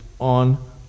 on